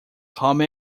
come